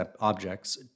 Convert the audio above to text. objects